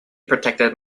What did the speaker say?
protected